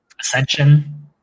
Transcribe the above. ascension